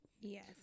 Yes